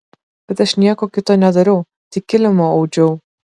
bet aš nieko kito nedariau tik kilimą audžiau